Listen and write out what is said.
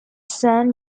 son